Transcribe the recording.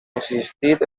existit